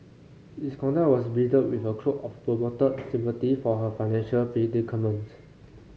his conduct was bridled with a cloak of purported sympathy for her financial predicament